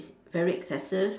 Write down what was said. very excessive